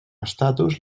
estatus